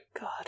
God